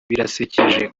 birasekeje